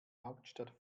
hauptstadt